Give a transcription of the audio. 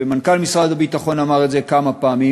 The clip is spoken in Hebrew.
ומנכ"ל משרד הביטחון אמר את זה כמה פעמים?